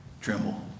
tremble